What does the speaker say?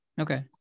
Okay